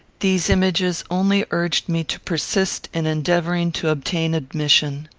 these images only urged me to persist in endeavouring to obtain admission.